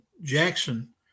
Jackson